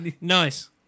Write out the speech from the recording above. Nice